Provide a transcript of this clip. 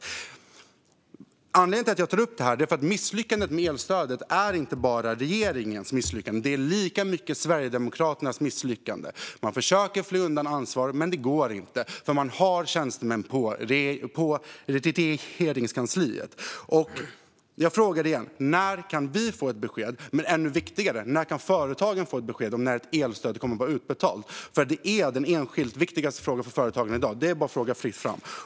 Anledningen till att jag tar upp detta är att misslyckandet med elstödet inte bara är regeringens misslyckande utan lika mycket Sverigedemokraternas misslyckande. Man försöker fly undan ansvaret, men det går inte. Man har tjänstemän på Regeringskansliet. Jag frågar igen: När kan vi få ett besked? Men än viktigare: När kan företagen få ett besked om när elstödet kommer att vara utbetalt? Det är den enskilt viktigaste frågan för företagen i dag; det är fritt fram att fråga dem.